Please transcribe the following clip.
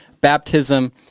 baptism